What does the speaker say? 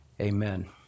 Amen